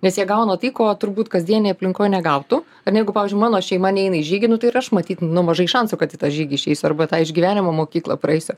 nes jie gauna tai ko turbūt kasdienėj aplinkoj negautų ar ne jeigu pavyzdžiui mano šeima neina į žygį tai ir aš matyt nu mažai šansų kad į tą žygį išeisiu arba tą išgyvenimo mokyklą praeisiu